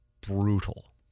brutal